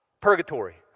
Purgatory